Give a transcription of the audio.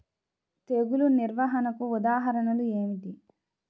తెగులు నిర్వహణకు ఉదాహరణలు ఏమిటి?